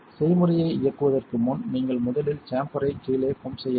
செய்முறையை இயக்குவதற்கு முன் நீங்கள் முதலில் சேம்பரை கீழே பம்ப் செய்ய வேண்டும்